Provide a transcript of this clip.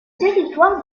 territoire